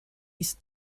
ist